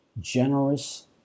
generous